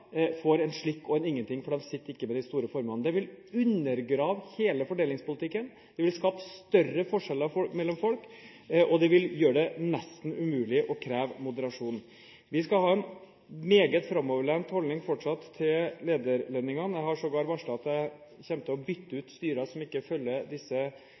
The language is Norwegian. en slikk og ingenting fordi de ikke sitter med de store formuene. Det vil undergrave hele fordelingspolitikken, det vil skape større forskjeller mellom folk, og det vil gjøre det nesten umulig å kreve moderasjon. Vi skal fortsatt ha en meget framoverlent holdning til lederlønningene. Jeg har sågar varslet at jeg kommer til å bytte ut styrer som ikke følger disse